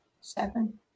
seven